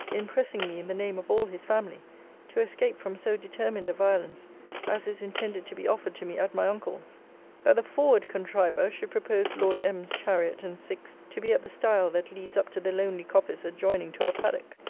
in pressing me in the name of all his family to escape from so determined a violence as is intended to be offered to me at my uncle's that the forward contriver should propose lord m s chariot and six to be at the stile that leads up to the lonely coppice adjoining to our paddock.